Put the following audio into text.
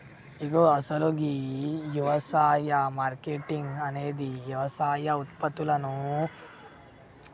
ఇగో అసలు గీ యవసాయ మార్కేటింగ్ అనేది యవసాయ ఉత్పత్తులనుని వినియోగదారునికి తరలించడంలో ఉన్న సేవలను అందిస్తుంది